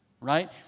right